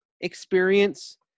experience